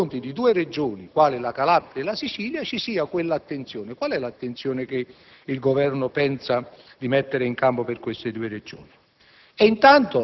e nei confronti di due Regioni quali la Calabria e la Sicilia. Qual è l'attenzione che il Governo pensa di mettere in campo per queste due Regioni?